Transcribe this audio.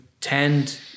tend